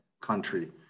country